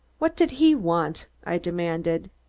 what did he want? i demanded.